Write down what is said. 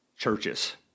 Churches